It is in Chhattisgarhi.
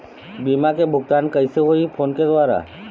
बीमा के भुगतान कइसे होही फ़ोन के द्वारा?